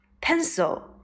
pencil